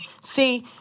See